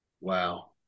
Wow